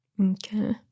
Okay